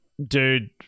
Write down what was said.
Dude